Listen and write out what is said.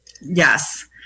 Yes